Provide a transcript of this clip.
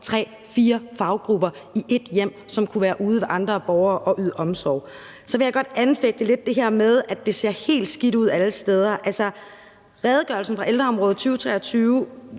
tre-fire fagpersoner i et hjem, som kunne være ude hos andre borgere og yde omsorg. Så vil jeg godt lidt anfægte det her med, at det ser helt skidt ud alle steder. Redegørelsen for ældreområdet i 2023